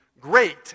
great